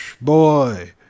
boy